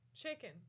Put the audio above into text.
Chicken